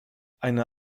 eine